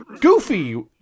Goofy